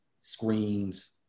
screens